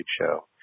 show